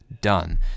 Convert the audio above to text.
done